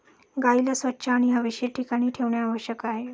गाईला स्वच्छ आणि हवेशीर ठिकाणी ठेवणे आवश्यक आहे